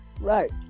Right